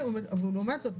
לעומת זאת,